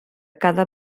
cada